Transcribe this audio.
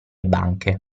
banche